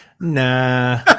nah